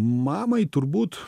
mamai turbūt